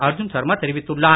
அர்ஜுன் சர்மா தெரிவித்துள்ளார்